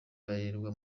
barererwa